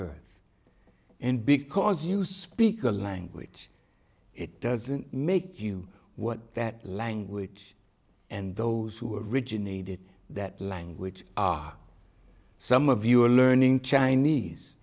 earth and because you speak a language it doesn't make you what that language and those who originated that language are some of you are learning chinese